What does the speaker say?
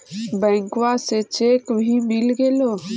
बैंकवा से चेक भी मिलगेलो?